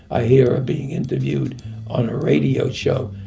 i hear a being interviewed on a radio show.